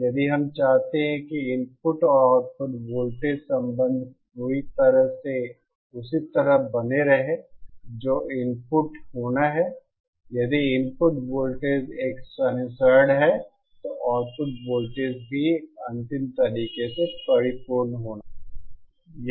यदि हम चाहते हैं कि इनपुट और आउटपुट वोल्टेज संबंध पूरी तरह से उसी तरह बने रहें जो इनपुट होना है यदि इनपुट वोल्टेज एक साइनसॉइड है तो आउटपुट वोल्टेज भी एक अंतिम तरीके से परिपूर्ण होना चाहिए